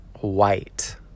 white